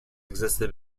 existed